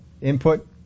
input